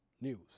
news